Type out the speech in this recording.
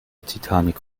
titanic